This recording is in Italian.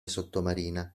sottomarina